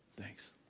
Thanks